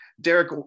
Derek